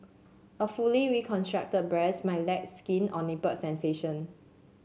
a fully reconstructed breast might lack skin or nipple sensation